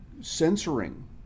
censoring